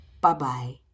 Bye-bye